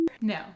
no